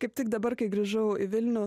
kaip tik dabar kai grįžau į vilnių